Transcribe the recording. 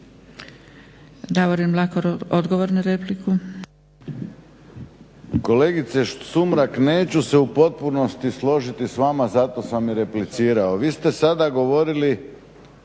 Davorin Mlakar, odgovor na repliku.